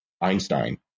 Einstein